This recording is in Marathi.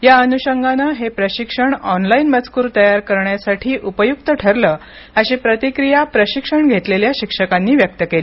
या अनुषंगाने हे प्रशिक्षण ऑनलाइन मजकूर तयार करण्यासाठी उपयुक्त ठरले अशी प्रतिक्रिया प्रशिक्षण घेतलेल्या शिक्षकांनी व्यक्त केली